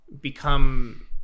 become